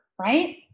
right